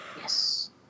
Yes